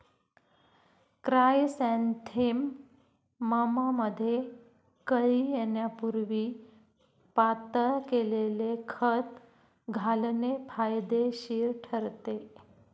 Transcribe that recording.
क्रायसॅन्थेमममध्ये कळी येण्यापूर्वी पातळ केलेले खत घालणे फायदेशीर ठरते